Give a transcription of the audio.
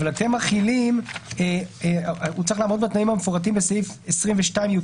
אבל הוא צריך לעמוד בתנאים המפורטים בסעיף 22יט(א1),